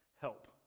help